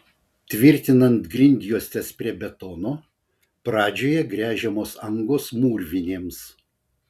tvirtinant grindjuostes prie betono pradžioje gręžiamos angos mūrvinėms